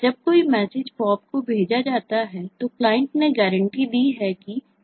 जब कोई message Pop को भेजा जाता है तो क्लाइंट ने गारंटी दी है कि स्टैक Empty नहीं है